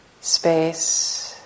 space